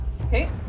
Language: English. Okay